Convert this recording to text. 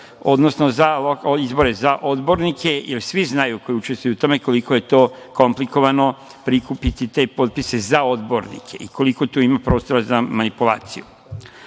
odnosno za izbore za odbornike, jer svi znaju koji učestvuju tu tome, koliko je to komplikovano prikupiti te potpise za odbornike i koliko tu ima prostora za manipulaciju.S